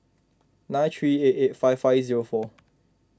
nine three eight eight five five zero four